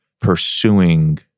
pursuing